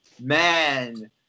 Man